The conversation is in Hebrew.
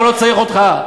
הוא לא צריך אותך.